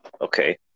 okay